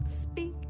speak